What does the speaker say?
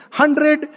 hundred